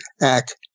Act